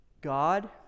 God